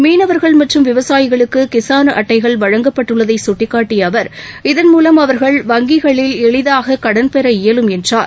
மீனவர்கள் மற்றும் விவசாயிகளுக்கு கிசான் அட்டைகள் வழங்கப்பட்டுள்ளதை சுட்டிக்காட்டிய அவர் இதன் மூலம் அவர்கள் வங்கிகளில் எளிதாக கடன்பெற இயலும் என்றார்